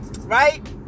right